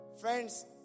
Friends